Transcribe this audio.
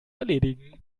erledigen